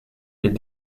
les